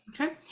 okay